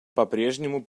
попрежнему